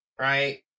right